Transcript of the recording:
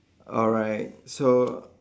alright so